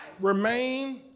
Remain